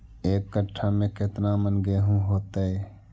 एक कट्ठा में केतना मन गेहूं होतै?